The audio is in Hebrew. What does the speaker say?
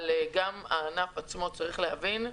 אבל גם הענף עצמו צריך להבין,